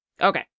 Okay